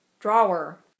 drawer